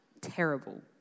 terrible